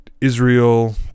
Israel